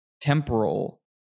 temporal